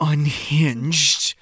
Unhinged